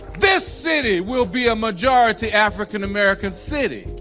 this city will be a majority african american city.